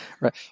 Right